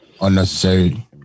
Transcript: unnecessary